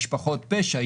משפחות פשע,